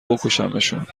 بکشمشون